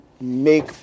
make